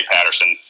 Patterson